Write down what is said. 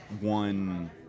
one